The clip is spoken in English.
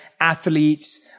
athletes